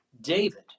David